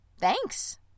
Thanks